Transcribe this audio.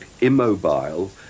immobile